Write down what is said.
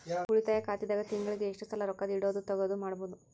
ಉಳಿತಾಯ ಖಾತೆದಾಗ ತಿಂಗಳಿಗೆ ಎಷ್ಟ ಸಲ ರೊಕ್ಕ ಇಡೋದು, ತಗ್ಯೊದು ಮಾಡಬಹುದ್ರಿ?